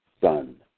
son